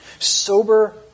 Sober